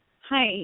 Hi